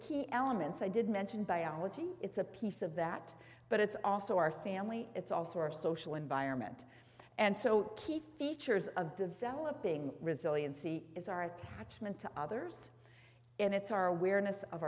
key elements i did mention biology it's a piece of that but it's also our family it's also our social environment and so key features of developing resiliency is our attachment to others and it's our awareness of